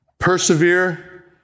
Persevere